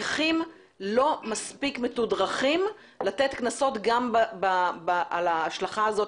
הפקחים לא מספיק מתודרכים לתת קנסות על ההשלכה הזאת